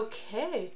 Okay